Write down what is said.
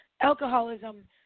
Alcoholism